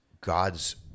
God's